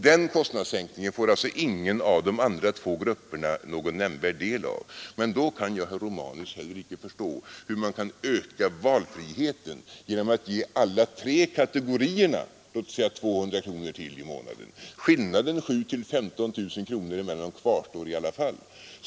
Den kostnadssänkningen får alltså ingen av de andra två grupperna någon del av. Men då kan jag, herr Romanus, heller icke förstå hur man kan öka valfriheten genom att ge alla tre kategorierna låt oss säga 200 kronor till i månaden. Skillnaden 7 000-15 000 kronor mellan dem kvarstår i alla fall.